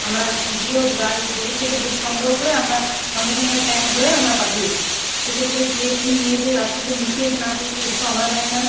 আমরা পুরো গাই গরুর থেকে দুধ সংগ্রহ করে আমরা সঙ্গে সঙ্গে ক্যান ভরে আমরা পাঠিয়ে দিই সেক্ষেত্রে কে কি নিয়ে যেয়ে রাস্তাতে মিশিয়েছে না করেছে এটা তো আমরা জানি না